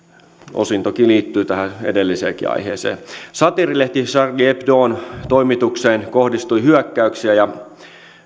osin toki liittyy tähän edelliseenkin aiheeseen satiirilehti charlie hebdon toimitukseen kohdistui hyökkäyksiä ja